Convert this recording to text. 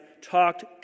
talked